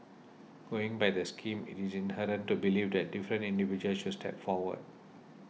going by the scheme it is inherent to believe that different individuals should step forward